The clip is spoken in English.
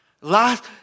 Last